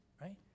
Right